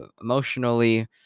emotionally